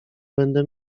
będę